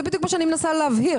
זה בדיוק מה שאני מנסה להבהיר.